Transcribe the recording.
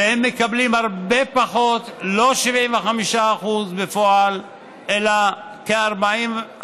והם מקבלים הרבה פחות, לא 75%, בפועל, אלא כ-40%.